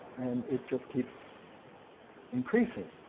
and it just keeps increasing,